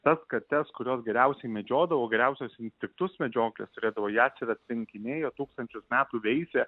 tas kates kurios geriausiai medžiodavo geriausius instinktus medžioklės turėdavo jas ir atrinkinėjo tūkstančius metų veisė